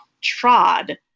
trod